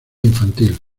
infantil